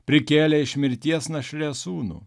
prikėlė iš mirties našlės sūnų